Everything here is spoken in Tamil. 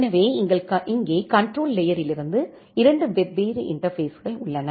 எனவே இங்கே கண்ட்ரோல் லேயரிலிருந்து 2 வெவ்வேறு இன்டர்பேஸ்கள் உள்ளன